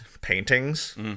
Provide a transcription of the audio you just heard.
paintings